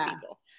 people